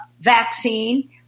vaccine